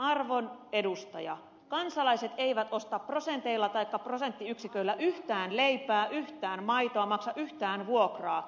arvon edustaja kansalaiset eivät osta prosenteilla taikka prosenttiyksiköillä yhtään leipää yhtään maitoa eivät maksa yhtään vuokraa